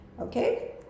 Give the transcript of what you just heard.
okay